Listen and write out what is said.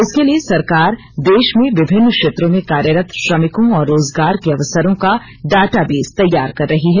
इसके लिए सरकार देश में विभिन्न क्षेत्रों में कार्यरत श्रमिकों और रोजगार के अवसरों का डाटाबेस तैयार कर रही है